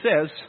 says